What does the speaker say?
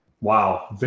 Wow